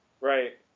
right